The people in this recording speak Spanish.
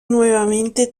nuevamente